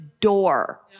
door